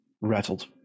rattled